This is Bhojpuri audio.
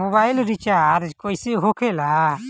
मोबाइल रिचार्ज कैसे होखे ला?